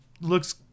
looks